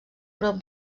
prop